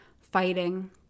fighting